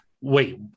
Wait